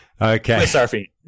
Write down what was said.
okay